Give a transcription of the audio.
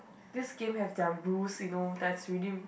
this game have their rules you know that's really